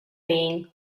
being